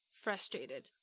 frustrated